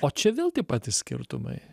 o čia vėl tie patys skirtumai